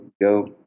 go